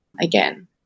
again